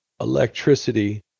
electricity